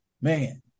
man